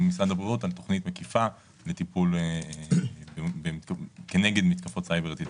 משרד הבריאות על תוכנית מקיפה לטיפול כנגד מתקפות סייבר עתידיות.